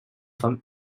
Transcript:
from